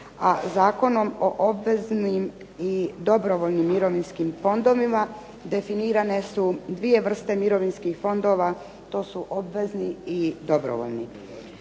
Zakonom o obveznim i dobrovoljnim mirovinskim fondovima definirane su dvije vrste mirovinskih fondova. To su obvezni i dobrovoljni.